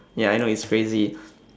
ya I know it's crazy